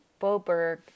Boberg